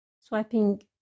swiping